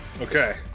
Okay